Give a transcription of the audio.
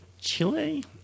Chile